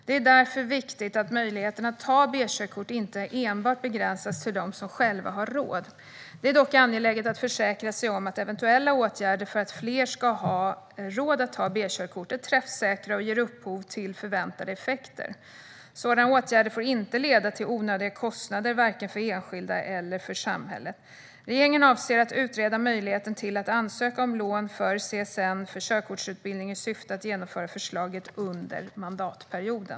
Det är därför viktigt att möjligheten att ta Bkörkort inte enbart begränsas till dem som själva har råd. Det är dock angeläget att försäkra sig om att eventuella åtgärder för att fler ska ha råd att ta B-körkort är träffsäkra och ger upphov till förväntade effekter. Sådana åtgärder får inte leda till onödiga kostnader, varken för enskilda eller för samhället. Regeringen avser att utreda möjligheten till att ansöka om lån från CSN för körkortsutbildning i syfte att genomföra förslaget under mandatperioden.